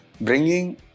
bringing